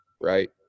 right